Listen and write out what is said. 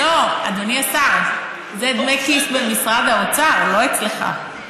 לא, אדוני השר, זה דמי כיס במשרד האוצר, לא אצלך.